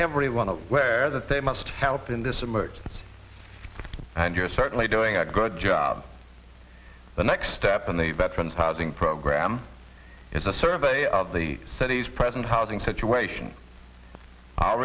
everyone aware that they must help in this emerge and you're certainly doing a great job the next step in the veterans housing program is a survey of the city's present housing situation